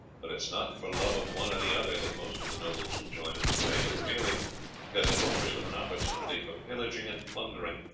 but it is not for love of one or the other that most of the nobles will join in the fray, but merely because it offers them an opportunity for pillaging and plundering,